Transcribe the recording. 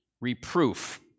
reproof